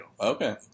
Okay